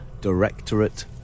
Directorate